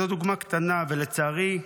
זו דוגמה קטנה, ולצערי,